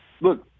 look